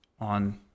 on